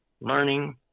learning